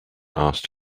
asked